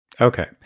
Okay